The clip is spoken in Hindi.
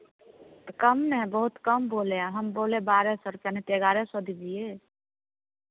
तो कम ना बहुत कम बोले हम बोले बारह सौ रुपये नहीं तो ग्यारह सौ दीजिए